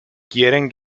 quieren